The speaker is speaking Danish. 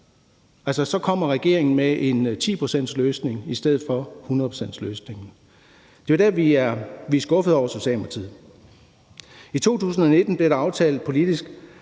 så kommer regeringen med en 10-procentsløsning stedet for 100-procentsløsningen. Det er jo der, vi er skuffede over Socialdemokratiet. I 2019 blev det politisk